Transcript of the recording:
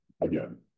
again